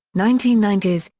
nineteen ninety s,